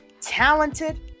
talented